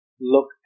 look